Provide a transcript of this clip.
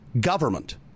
government